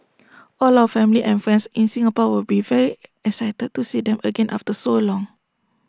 all our family and friends in Singapore will be very excited to see them again after so long